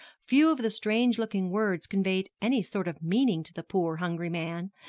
few of the strange-looking words conveyed any sort of meaning to the poor hungry man.